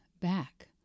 back